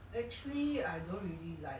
actually I don't really like